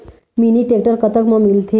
Mini tractor कतक म मिलथे?